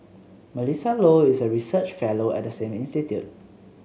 Melissa Low is a research fellow at the same institute